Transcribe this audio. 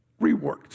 reworked